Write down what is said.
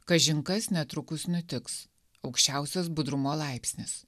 kažin kas netrukus nutiks aukščiausias budrumo laipsnis